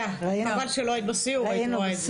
חבל שלא היית בסיור, היית רואה את זה.